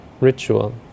ritual